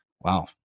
Wow